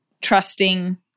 trusting